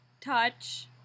touch